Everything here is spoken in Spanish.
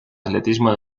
atletismo